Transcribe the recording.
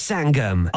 Sangam